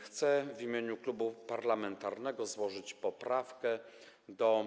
Chcę w imieniu klubu parlamentarnego złożyć poprawkę do